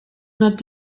nad